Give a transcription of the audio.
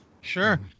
Sure